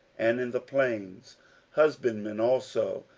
and in the plains husbandmen also,